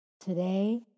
Today